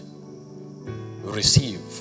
receive